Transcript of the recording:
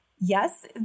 Yes